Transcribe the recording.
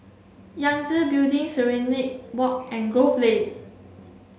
Yangtze Building Serenade Walk and Grove Lane